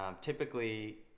typically